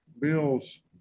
bills